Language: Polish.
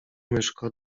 myszko